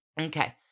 okay